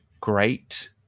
great